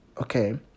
Okay